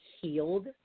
healed